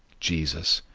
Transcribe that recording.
jesus,